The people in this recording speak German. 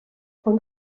von